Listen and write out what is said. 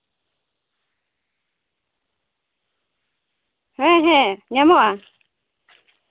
ᱦᱮᱸ ᱦᱮᱸ ᱧᱟᱢᱚᱜᱼᱟ